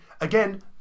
again